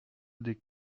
des